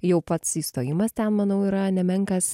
jau pats įstojimas ten manau yra nemenkas